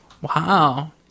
Wow